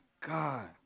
God